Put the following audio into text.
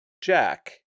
Jack